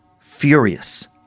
furious